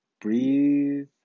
Breathe